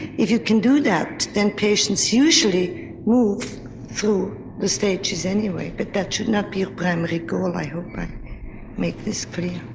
if you can do that. then patients usually move through the stages anyway. but that shouldn't be your primary goal. i hope i make this clear.